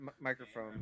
microphone